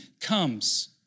comes